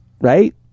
Right